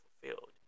fulfilled